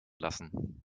lassen